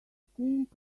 think